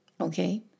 Okay